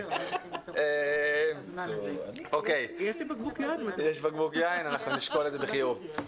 יש בקבוק יין, אנחנו נשקול את זה בחיוב.